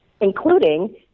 including